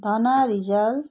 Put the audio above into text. Dhana Rijal